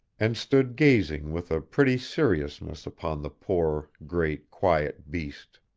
and stood gazing with a pretty seriousness upon the poor, great, quiet beast.